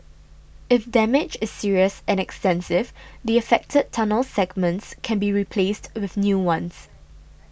if damage is serious and extensive the affected tunnel segments can be replaced with new ones